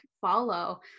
follow